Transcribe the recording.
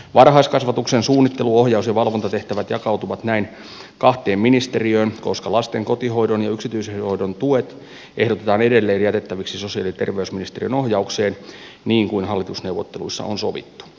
varhaiskasvatuksen suunnittelu ohjaus ja valvontatehtävät jakautuvat näin kahteen ministeriöön koska lasten kotihoidon ja yksityisen hoidon tuet ehdotetaan edelleen jätettäviksi sosiaali ja terveysministeriön ohjaukseen niin kuin hallitusneuvotteluissa on sovittu